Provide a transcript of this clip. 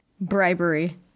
bribery